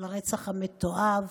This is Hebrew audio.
הרצח המתועב.